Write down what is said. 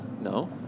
No